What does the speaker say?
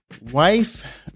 Wife